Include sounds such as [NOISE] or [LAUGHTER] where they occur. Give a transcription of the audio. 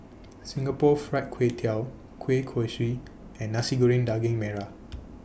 Singapore Fried Kway Tiao Kueh Kosui and Nasi Goreng Daging Merah [NOISE]